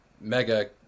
mega